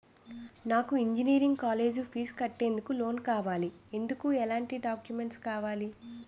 నాకు engineering college fees కట్టేందుకు loan కావాలి, ఎందుకు ఎలాంటి డాక్యుమెంట్స్ ఇవ్వాలి?